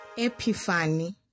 Epiphany